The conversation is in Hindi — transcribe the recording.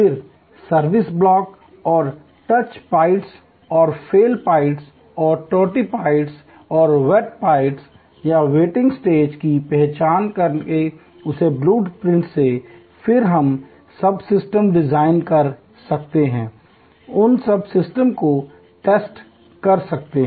फिर सर्विस ब्लॉक्स और टच पॉइंट्स और फेल पॉइंट्स और टोंटी पॉइंट्स और वेट पॉइंट्स या वेटिंग स्टेज्स की पहचान करके उस ब्लू प्रिंट से फिर हम सबसिस्टम डिजाइन कर सकते हैं उन सबसिस्टम को टेस्ट कर सकते हैं